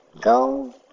go